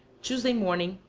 tuesday morning,